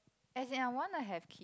as in I want to have kid